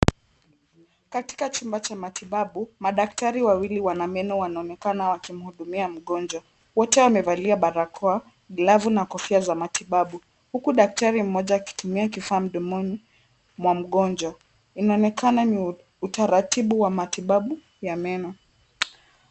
Katika chumba cha matibabu, madaktari wanameno wanaonekana wakimhudumia mgonjwa. Wote wamevalia barakoa, glavu na kofia za matibabu, huku daktari mmoja akitumia kifaa mdomoni mwa mgonjwa. Inaonekana ni utaratibu wa matibabu ya meno.